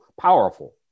powerful